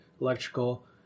electrical